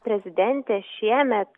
prezidentė šiemet